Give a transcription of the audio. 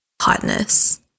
hotness